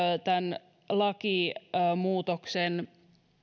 tämän lakimuutoksen